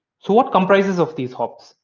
so what comprises of these hops?